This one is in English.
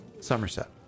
Somerset